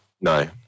No